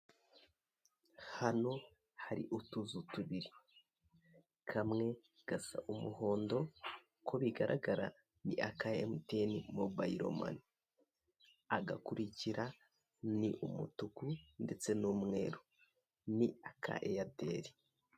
Hano hari utuzu tubiri, kamwe gasa umuhondo, uko bigaragara ni aka MTN Mobile Money, akagukirika ni umutuku ndetse n'umweru ni aka Airtel.